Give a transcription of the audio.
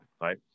Right